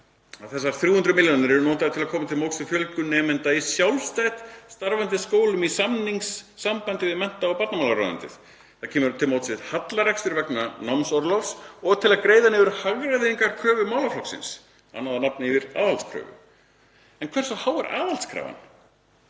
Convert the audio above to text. þessar 300 milljónir notaðar til að koma til móts við fjölgun nemenda í sjálfstætt starfandi skólum í samningssambandi við mennta- og barnamálaráðuneytið. Það kemur til móts við hallarekstur vegna námsorlofs og til að greiða niður hagræðingarkröfu málaflokksins, annað nafn yfir aðhaldskröfu. En hversu há er aðhaldskrafan,